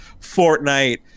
Fortnite